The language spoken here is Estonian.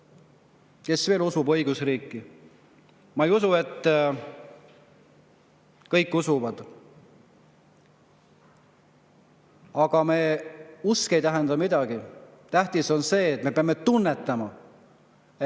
Kes veel usub õigusriiki? Ma ei usu, et kõik usuvad. Aga meie usk ei tähenda midagi. Me peame tunnetama, et